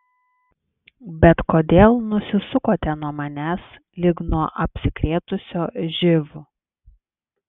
bet kodėl nusisukote nuo manęs lyg nuo apsikrėtusio živ